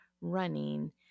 running